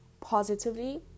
positively